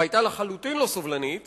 והיתה לחלוטין לא סבלנית